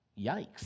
Yikes